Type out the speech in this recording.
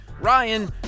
Ryan